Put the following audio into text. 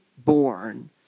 born